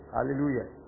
Hallelujah